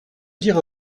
dire